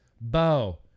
Bo